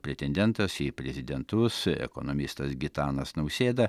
pretendentas į prezidentus ekonomistas gitanas nausėda